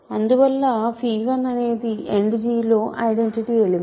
అందువల్ల 1 అనేది End లో ఐడెంటిటి ఎలిమెంట్